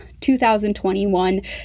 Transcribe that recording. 2021